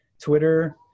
Twitter